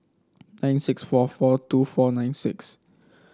nine six four four two four nine six